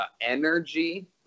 energy